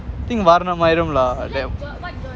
I think Vaaranam Aayiram lah